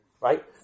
Right